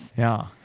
yeah.